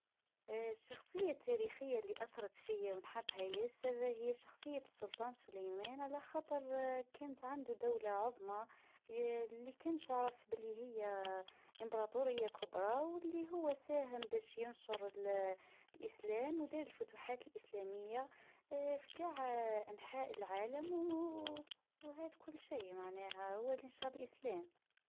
الشخصيه التاريخيه إللي أثرت فيا ونحبها ياسر: هي شخصية السلطان سليمان ؛ على خطر كنت عنده دوله عظمى اللي كان تعرف باللي هي إمبراطوريه كبرى واللي هو ساهم باش ينشر الإسلام ودار الفتوحات الإسلاميه فانحاء العالم و هذا كل شيء معناها هو اللي نشر الاسلام.